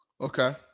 Okay